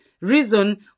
reason